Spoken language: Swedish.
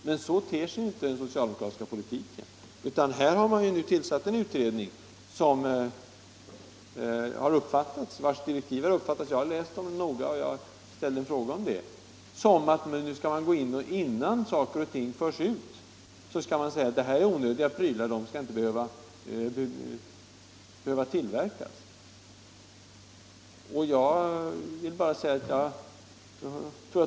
Men så ter sig inte den socialdemokratiska politiken, utan här har man tillsatt en utredning, vars direktiv har uppfattats — jag har läst dem noga och frågade om dem — som att en myndighet, innan en produkt har förts ut, skall kunna säga att den är onödig och inte skall få tillverkas.